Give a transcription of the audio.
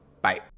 Bye